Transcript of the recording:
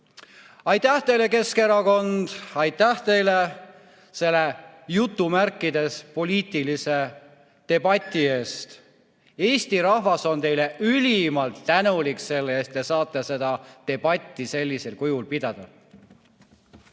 Aitäh teile, Keskerakond! Aitäh teile selle "poliitilise debati" eest! Eesti rahvas on teile ülimalt tänulik selle eest, et te saate seda debatti sellisel kujul pidada.